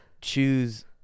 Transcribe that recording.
choose